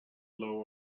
loa